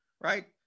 right